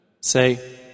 Say